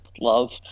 love